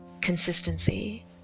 consistency